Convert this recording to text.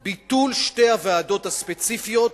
ביטול שתי הוועדות הספציפיות,